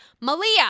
Malia